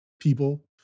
people